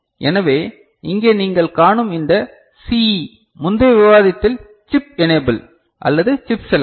எனவே இங்கே நீங்கள் காணும் இந்த CE முந்தைய விவாதத்தில் சிப் எனேபில் அல்லது சிப் செலக்ட்